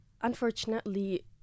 Unfortunately